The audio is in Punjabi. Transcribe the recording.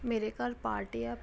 ਮੇਰੇ ਘਰ ਪਾਰਟੀ ਆ